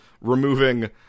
removing